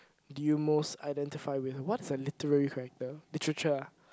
do you most identify with what is a literary character literature ah